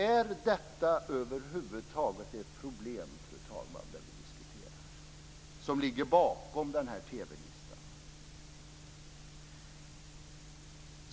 Är det över huvud taget ett problem som ligger bakom TV-listan?